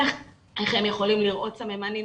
איך הם יכולים לראות סממנים.